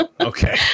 Okay